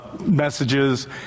messages